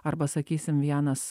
arba sakysim vienas